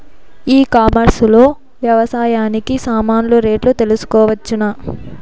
E commerce లో వ్యవసాయానికి సామాన్లు రేట్లు తెలుసుకోవచ్చునా?